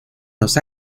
los